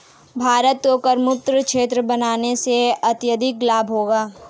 भारत को करमुक्त क्षेत्र बनाने से अत्यधिक लाभ होगा